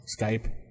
Skype